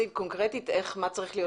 יש לך הצעה קונקרטית מה צריך להיות שונה?